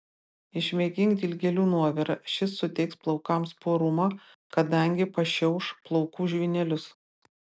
išmėgink dilgėlių nuovirą šis suteiks plaukams purumo kadangi pašiauš plaukų žvynelius